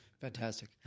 Fantastic